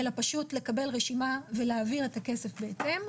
אלא פשוט לקבל רשימה ולהעביר את הכסף בהתאם.